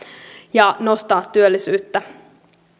ja nostaa työllisyyttä